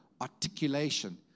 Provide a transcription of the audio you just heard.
articulation